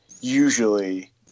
usually